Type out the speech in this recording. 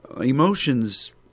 emotions